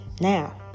Now